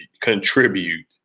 contribute